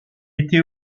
était